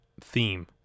theme